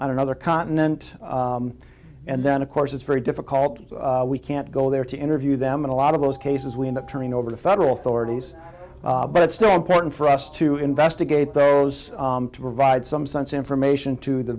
another continent and then of course it's very difficult we can't go there to interview them and a lot of those cases we end up turning over to federal authorities but it's still important for us to investigate those to provide some sense information to the